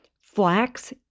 flax